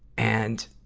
and,